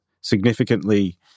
significantly